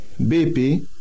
BP